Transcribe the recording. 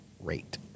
rate